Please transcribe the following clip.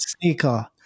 sneaker